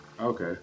Okay